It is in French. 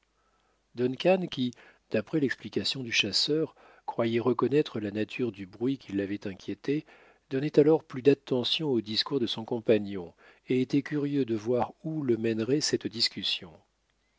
qui d'après l'explication du chasseur croyait reconnaître la nature du bruit qui l'avait inquiété donnait alors plus d'attention aux discours de son compagnon et était curieux de voir où le mènerait cette discussion